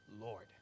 Lord